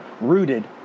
rooted